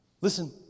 Listen